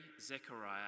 Zechariah